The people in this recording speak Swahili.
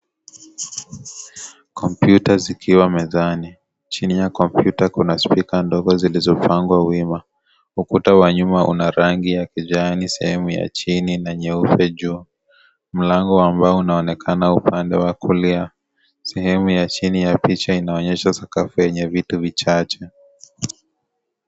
Kompyuta zikiwa mezani. Chini ya kompyuta kuna zulika ndogo zilizopangwa wima. Ukuta wa nyuma una rangi ya kijani, sehemu ya chini ina nyeupe juu. Mlango wa mbao unaonekana upande wa kulia. Sehemu ya chini ya picha inaonyesha sakafu yenye vitu vichache.